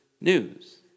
news